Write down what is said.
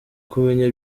kumenya